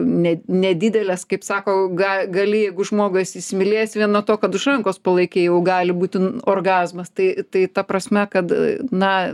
ne nedideles kaip sako ga gali jeigu žmogų esi įsimylėjęs vien nuo to kad už rankos palaikei jau gali būti n orgazmas tai tai ta prasme kad na